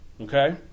okay